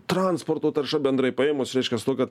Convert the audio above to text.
transporto tarša bendrai paėmus reiškias tuo kad